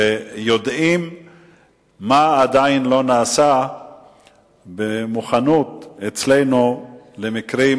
שיודעים מה עדיין לא נעשה במוכנות אצלנו למקרים